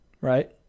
right